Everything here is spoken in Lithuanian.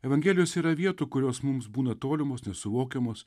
evangelijose yra vietų kurios mums būna tolimos nesuvokiamos